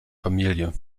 familie